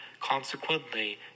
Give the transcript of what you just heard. Consequently